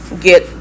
get